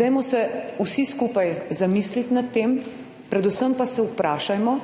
Dajmo se vsi skupaj zamisliti nad tem, predvsem pa se vprašajmo,